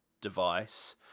device